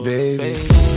Baby